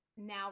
Now